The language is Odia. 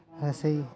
ରୋଷେଇ